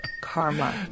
karma